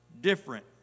different